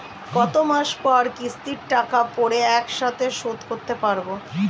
কত মাস পর কিস্তির টাকা পড়ে একসাথে শোধ করতে পারবো?